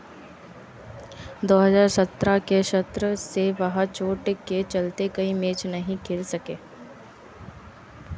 दो हज़ार सत्रह के सत्र से वह चोट के चलते कई मैच नहीं खेल सके